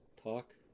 talk